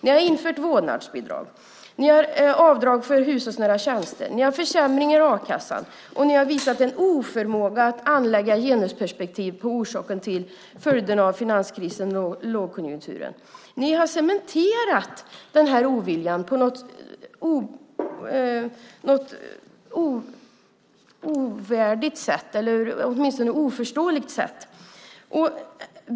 Ni har infört vårdnadsbidrag, avdrag för hushållsnära tjänster, försämringar i a-kassan, och ni har visat en oförmåga att anlägga genusperspektiv på orsaken till följderna av finanskrisen och lågkonjunkturen. Ni har cementerat den här oviljan på ett ovärdigt eller åtminstone oförståeligt sätt.